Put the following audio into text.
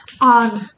on